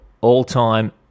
all-time